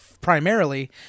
primarily